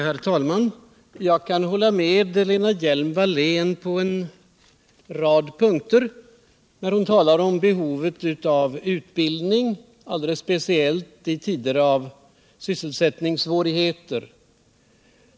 Herr talman! Jag kan hålla med Lena Hjelm-Wallén på en rad punkter. Det gäller, när hon talar om behovet av utbildning, alldeles speciellt i tider av sysselsättningssvårigheter.